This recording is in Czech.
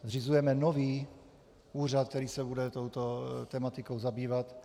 Zřizujeme nový úřad, který se bude touto tematikou zabývat.